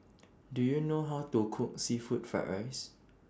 Do YOU know How to Cook Seafood Fried Rice